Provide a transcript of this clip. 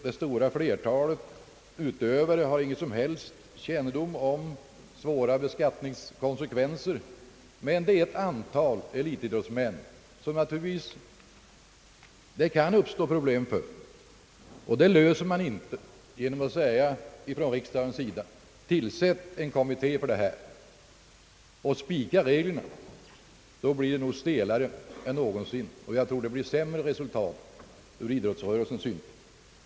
Det stora flertalet idrottsutövare har ingen som helst känning av beskattningsreglerna' på detta område, men för ett antal elitidrottsmän kan det naturligtvis uppstå problem. De problemen löser man inte genom att riksdagen begär att det tillsätts en kommitté med uppgift att utarbeta regler. Om så sker, blir anvisningarna stelare än någonsin, och jag tror att resultatet därigenom blir sämre för idrottsmännen. Herr talman!